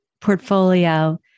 portfolio